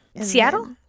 Seattle